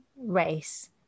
race